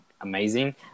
amazing